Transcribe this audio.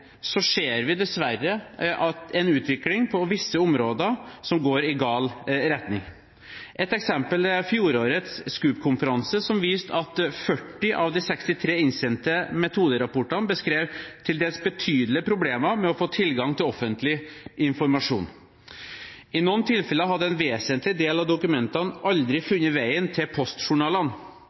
ser vi dessverre en utvikling som på visse områder går i gal retning. Et eksempel er fjorårets SKUP-konferanse, som viste at 40 av de 63 innsendte metoderapportene beskrev til dels betydelige problemer med å få tilgang til offentlig informasjon. I noen tilfeller hadde en vesentlig del av dokumentene aldri funnet veien til postjournalene.